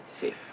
safe